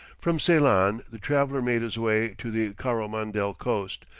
from ceylon, the traveller made his way to the coromandel coast,